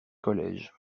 college